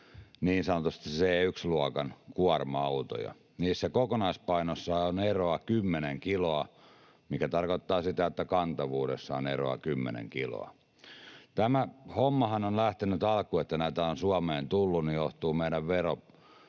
niin sanotusti C1-luokan kuorma-autoja. Niissä kokonaispainossa on eroa 10 kiloa, mikä tarkoittaa sitä, että kantavuudessa on eroa 10 kiloa. Tämä homma, että näitä on Suomeen tullut, johtuu meillä